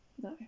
No